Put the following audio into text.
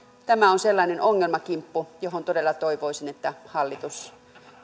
tämä on sellainen ongelmakimppu josta todella toivoisin että hallitus